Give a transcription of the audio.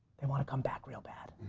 they want to come back real bad.